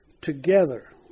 Together